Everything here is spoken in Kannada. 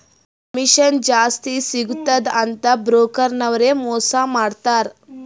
ಕಮಿಷನ್ ಜಾಸ್ತಿ ಸಿಗ್ತುದ ಅಂತ್ ಬ್ರೋಕರ್ ನವ್ರೆ ಮೋಸಾ ಮಾಡ್ತಾರ್